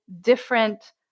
different